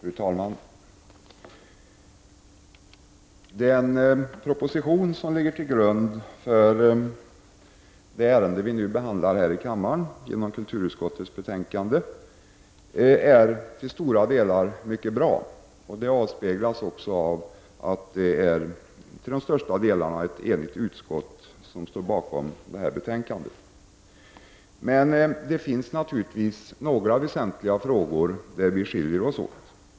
Fru talman! Den proposition som ligger till grund för det ärende som vi nu behandlar, kulturutskottets betänkande 30, är till stora delar mycket bra, vilket också avspeglas i att det i det närmaste är ett enigt utskott som står bakom detta betänkande. Det finns naturligtvis några väsentliga frågor där vi skiljer oss åt.